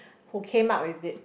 who came out with it